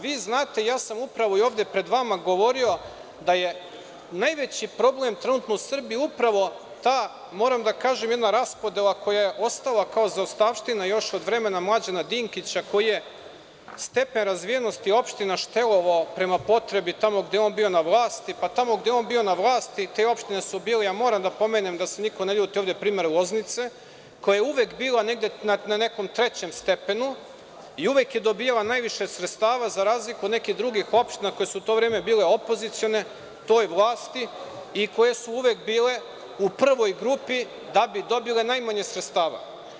Vi znate, upravo sam i ovde pred vama govorio da je najveći problem trenutno u Srbiji upravo ta, moram da kažem, jedna raspodela koja je ostala kao zaostavština još vremena Mlađana Dinkića, koji je stepen razvijenosti opština štelovao prema potrebi tamo gde je on bio na vlasti, pa tamo gde je on bio na vlasti te opštine su bile, moram da pomenem, da se niko ne ljuti ovde, primer Loznice koja je uvek bila na nekom trećem stepenu i uvek je dobijala najviše sredstava, za razliku nekih drugih opština koje su u to vreme bile opozicione toj vlasti i koje su uvek bile u prvoj grupi da bi dobili najmanje sredstava.